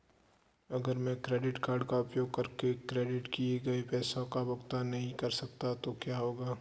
अगर मैं credit card का उपयोग करके क्रेडिट किए गए पैसे का भुगतान नहीं कर सकता तो क्या होगा?